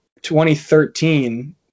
2013